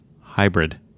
Hybrid